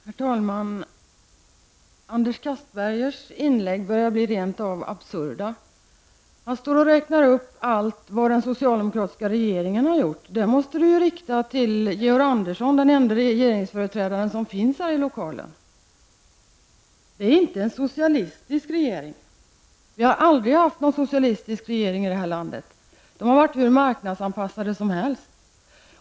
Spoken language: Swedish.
Herr talman! Anders Castbergers inlägg börjar rent av bli absurda. Han står och räknar upp allt vad den socialdemokratiska regeringen har gjort. Det måste ju Anders Castberger rikta till Georg Andersson, den ende regeringsföreträdare som finns här i lokalen. Det är inte en socialistisk regering. Vi har aldrig haft någon socialistisk regering i det här landet. De regeringar vi haft har varit hur marknadsanpassade som helst.